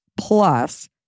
plus